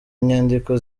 inyandiko